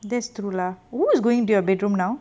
that's true lah who is going to your bedroom now